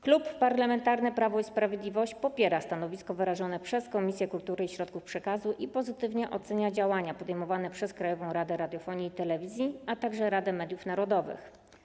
Klub Parlamentarny Prawo i Sprawiedliwość popiera stanowisko wyrażone przez Komisję Kultury i Środków Przekazu i pozytywnie ocenia działania podejmowane przez Krajową Radę Radiofonii i Telewizji, a także Radę Mediów Narodowych.